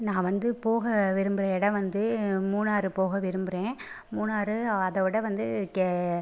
நான் வந்து போக விரும்புகிற இடம் வந்து மூணாறு போக விரும்புகிறேன் மூணாறு அதைவிட வந்து கே